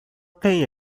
quem